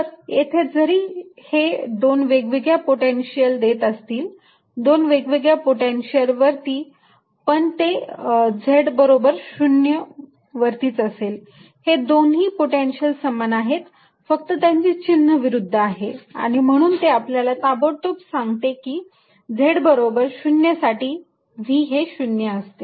तर येथे जरी हे दोन वेगवेगळे पोटेन्शिअल देत असतील दोन वेगवेगळ्या पॉईंट वरती पण ते z बरोबर 0 वरतीच असेल हे दोन्ही पोटेन्शियल समान आहेत फक्त त्यांचे चिन्ह विरुद्ध आहे आणि म्हणून ते आपल्याला ताबडतोब सांगते की z बरोबर 0 साठी V हे 0 असते